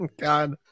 God